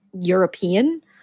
European